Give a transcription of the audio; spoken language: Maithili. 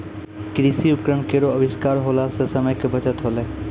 कृषि उपकरण केरो आविष्कार होला सें समय के बचत होलै